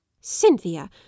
Cynthia